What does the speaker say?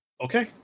okay